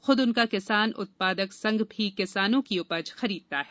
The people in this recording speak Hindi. खुद उनका किसान उत्पादक संघ भी किसानों की उपज खरीदता है